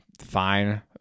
fine